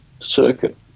circuit